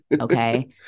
Okay